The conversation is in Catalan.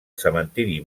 cementiri